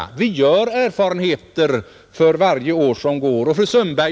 Vi gör erfarenheter för varje år som går.